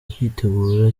kwitegura